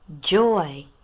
Joy